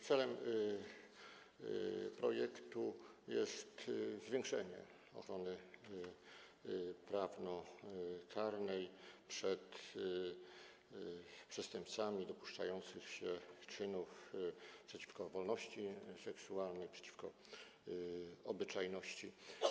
Celem projektu jest zwiększenie ochrony prawnokarnej przed przestępcami dopuszczającymi się czynów przeciwko wolności seksualnej, przeciwko obyczajności.